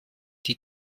die